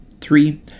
Three